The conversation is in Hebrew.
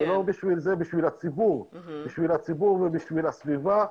בשביל הציבור ובשביל הסביבה,